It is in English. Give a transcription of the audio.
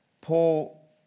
Paul